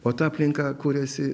o ta aplinka kuriasi